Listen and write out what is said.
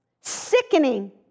Sickening